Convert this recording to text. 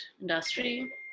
industry